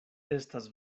estas